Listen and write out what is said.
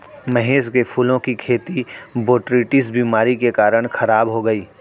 महेश के फूलों की खेती बोटरीटिस बीमारी के कारण खराब हो गई